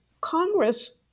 congress